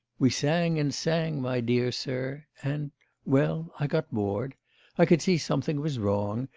we sang and sang, my dear sir and well, i got bored i could see something was wrong,